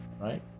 right